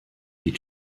die